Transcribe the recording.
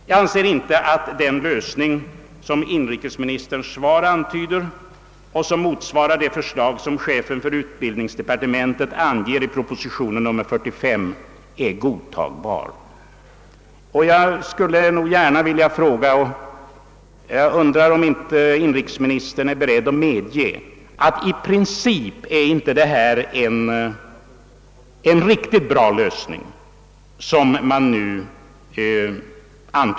Jag anser inte att den lösning, som inrikesministerns svar antyder och som motsvarar det förslag som utbildningsministern framlagt i proposition nr 45, är godtagbar. Jag undrar om inte inrikesministern är beredd att medge att detta i princip inte är en riktigt bra lösning.